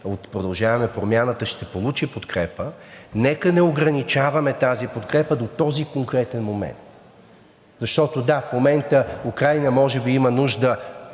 от „Продължаваме Промяната“, ще получи подкрепа. Нека да не ограничаваме тази подкрепа до този конкретен момент, защото – да, в момента Украйна може би има нужда